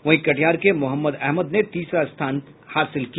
वहीं कटिहार के मोहम्मद अहमद ने तीसरा स्थान हासिल किया